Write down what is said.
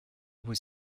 was